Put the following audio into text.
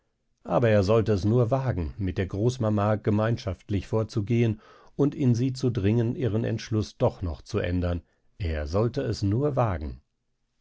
aber er sollte es nur wagen mit der großmama gemeinschaftlich vorzugehen und in sie zu dringen ihren entschluß doch noch zu ändern er sollte es nur wagen